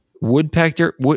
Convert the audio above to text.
Woodpecker